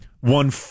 one